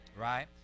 right